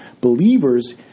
believers